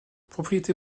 propriété